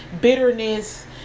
bitterness